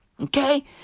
Okay